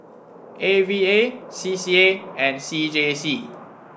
A V A C C A and C J C